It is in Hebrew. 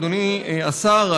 אדוני השר,